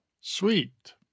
Sweet